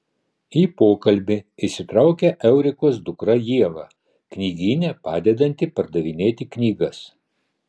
į pokalbį įsitraukia eurikos dukra ieva knygyne padedanti pardavinėti knygas